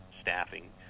staffing